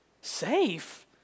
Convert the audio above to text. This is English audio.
Safe